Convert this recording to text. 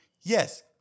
yes